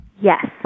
Yes